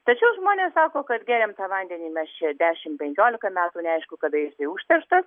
tačiau žmonės sako kad geriam tą vandenį mes čia dešim penkiolika metų neaišku kada jis užterštas